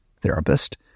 therapist